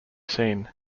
seen